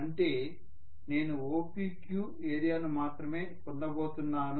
అంటే నేను OPQ ఏరియాను మాత్రమే పొందబోతున్నాను